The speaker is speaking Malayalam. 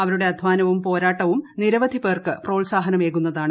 അവരുടെ അദ്ധ്യാനിവും പോരാട്ടവും നിരവധി പേർക്ക് പ്രോത്സാഹനമേകുന്നതാണ്